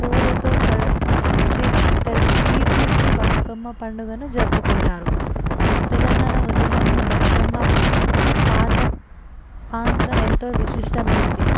పూలతో కీర్తిస్తూ బతుకమ్మ పండుగను జరుపుకుంటారు తెలంగాణ ఉద్యమంలో బతుకమ్మ పాత ఎంతో విశిష్టమైనది